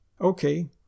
Okay